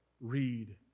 read